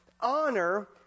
honor